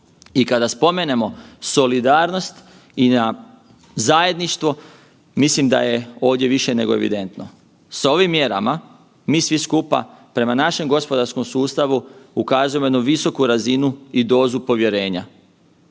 i kada spomenemo solidarnost i na zajedništvo mislim da je ovdje više nego evidentno. S ovim mjerama mi svi skupa prema našem gospodarskom sustavu ukazujemo jednu visoku razinu i dozu povjerenja.